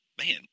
man